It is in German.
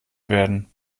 werden